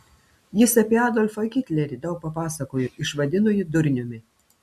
jis apie adolfą hitlerį daug papasakojo išvadino jį durniumi